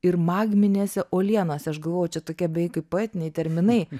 ir magminėse uolienose aš galvojau čia tokie beveik kaip poetiniai terminai